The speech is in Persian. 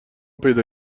پیدا